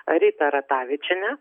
ritą ratavičienę